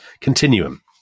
continuum